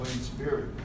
spirit